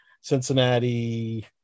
Cincinnati